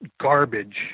garbage